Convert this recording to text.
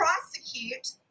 prosecute